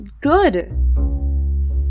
good